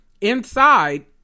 Inside